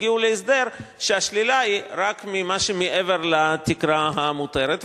הגיעו להסדר שהשלילה היא רק ממה שמעבר לתקרה המותרת.